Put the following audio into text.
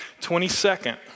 22nd